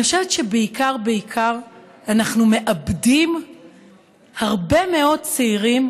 אני חושבת שבעיקר בעיקר אנחנו מאבדים הרבה מאוד צעירים